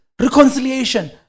reconciliation